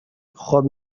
خوب